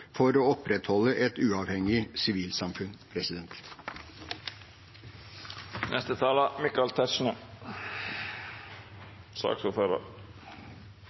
for å opprettholde et uavhengig sivilsamfunn.»